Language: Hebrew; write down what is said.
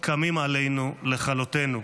קמים עלינו לכלותנו.